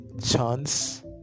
chance